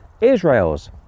Israel's